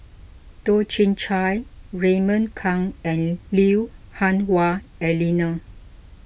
Toh Chin Chye Raymond Kang and Lui Hah Wah Elena